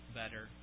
better